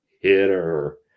hitter